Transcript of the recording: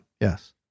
Yes